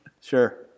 Sure